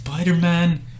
Spider-Man